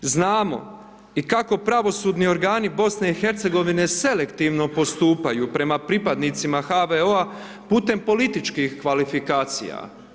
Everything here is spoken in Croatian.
Znamo i kako pravosudni organi BiH-a selektivno postupaju prema pripadnicima HVO-a, putem političkih kvalifikacija.